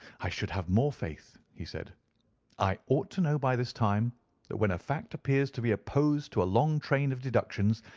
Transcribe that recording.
i should have more faith, he said i ought to know by this time that when a fact appears to be opposed to a long train of deductions,